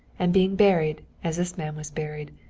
and being buried, as this man was buried,